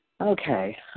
Okay